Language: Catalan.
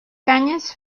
canyes